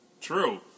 True